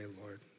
Lord